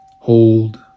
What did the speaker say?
Hold